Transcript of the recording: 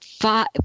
five